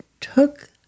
took